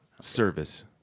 Service